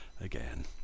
again